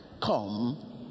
come